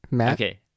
Okay